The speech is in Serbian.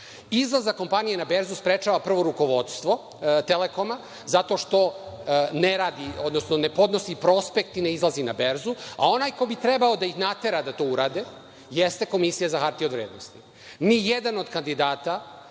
berzu. Izlazak kompanije na berzu sprečava prvo rukovodstvo „Telekoma“ zato što ne radi, odnosno ne podnosi prospekt i ne izlazi na berzu, a onaj ko bi trebalo da ih natera da to urade jeste Komisija za hartije od vrednosti.